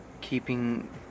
keeping